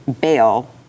bail